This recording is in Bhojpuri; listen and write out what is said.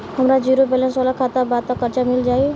हमार ज़ीरो बैलेंस वाला खाता बा त कर्जा मिल जायी?